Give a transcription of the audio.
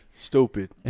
Stupid